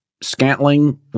Scantling